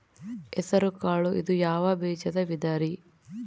ಹೆಸರುಕಾಳು ಇದು ಯಾವ ಬೇಜದ ವಿಧರಿ?